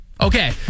Okay